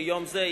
ביום זה,